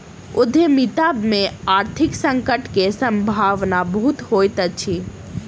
उद्यमिता में आर्थिक संकट के सम्भावना बहुत होइत अछि